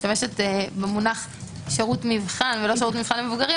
משתמשת במונח "שירות מבחן" ולא שירות מבחן למבוגרים,